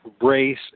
race